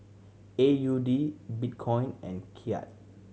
A U D Bitcoin and Kyat